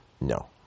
no